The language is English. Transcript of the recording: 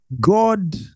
God